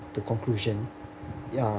to conclusion ya